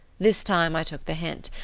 this time i took the hint,